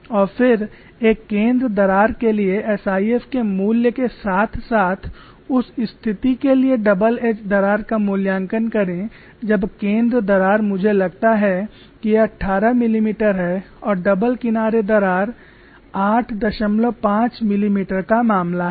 और फिर एक केंद्र दरार के लिए एसआईएफ के मूल्य के साथ साथ उस स्थिति के लिए डबल एज दरार का मूल्यांकन करें जब केंद्र दरार मुझे लगता है कि यह 18 मिमी है और डबल किनारे दरार 85 मिमी का मामला है